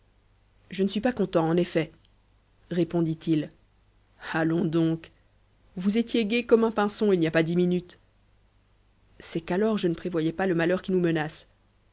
je ne suis pas content en effet répondit-il allons donc vous étiez gai comme pinson il n'y a pas dix minutes c'est qu'alors je ne prévoyais pas le malheur qui nous menace